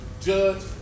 judge